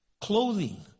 Clothing